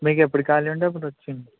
మీకు ఎప్పుడు ఖాళీ ఉంటే అప్పుడు వచ్చేయండి